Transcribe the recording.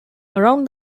around